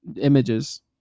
images